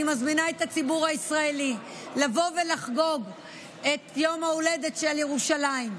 אני מזמינה את הציבור הישראלי לבוא ולחגוג את יום ההולדת של ירושלים,